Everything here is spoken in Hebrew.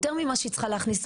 יותר ממה שהיא צריכה להכניס,